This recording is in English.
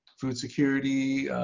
food security,